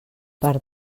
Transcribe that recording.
per